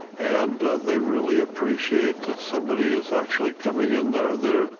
and they really appreciate that somebody is actually coming in there. they're,